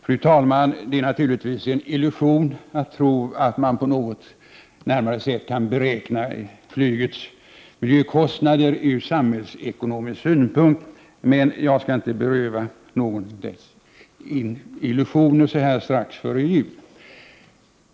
Fru talman! Det är naturligtvis en illusion att tro att man närmare kan beräkna miljökostnaderna för flyget ur samhällsekonomisk synpunkt. Jag skall emellertid inte beröva någon illusioner så här strax före jul.